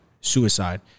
suicide